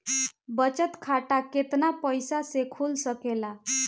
बचत खाता केतना पइसा मे खुल सकेला?